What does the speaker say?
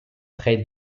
près